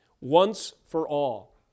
Once-for-all